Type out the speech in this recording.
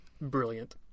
brilliant